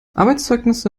arbeitszeugnisse